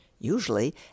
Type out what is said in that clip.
usually